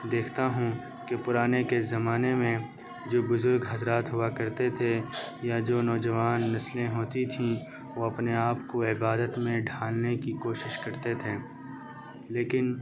دیکھتا ہوں کہ پرانے کے زمانے میں جو بزرگ حضرات ہوا کرتے تھے یا جو نوجوان نسلیں ہوتی تھیں وہ اپنے آپ کو عبادت میں ڈھالنے کی کوشش کرتے تھیں لیکن